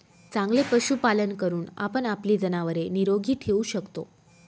चांगले पशुपालन करून आपण आपली जनावरे निरोगी ठेवू शकतो